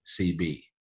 CB